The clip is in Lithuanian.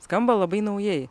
skamba labai naujai